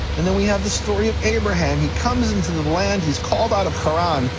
and then we have the story of abraham, he comes into the land, he's called out of haran,